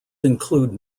include